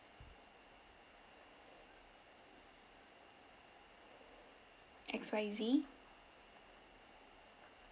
X Y Z